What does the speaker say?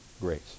grace